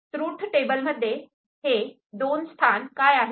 truth table मध्ये हे 2 स्थान काय आहेत